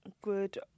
Good